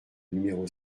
numéro